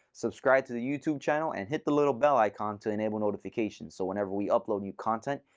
subscribe to the youtube channel, and hit the little bell icon to enable notifications so whenever we upload new content,